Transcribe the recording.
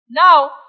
Now